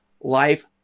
Life